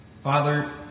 Father